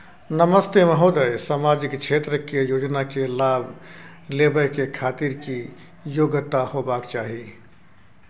नमस्ते महोदय, सामाजिक क्षेत्र के योजना के लाभ लेबै के खातिर की योग्यता होबाक चाही?